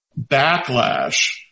backlash